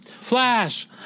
Flash